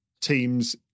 teams